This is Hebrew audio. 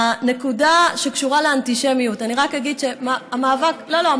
הנקודה שקשורה לאנטישמיות, אני רק אגיד, לא, לא.